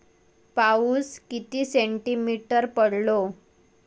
पाऊस किती सेंटीमीटर पडलो?